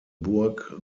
bourg